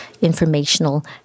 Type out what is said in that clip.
informational